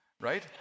Right